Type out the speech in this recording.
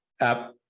app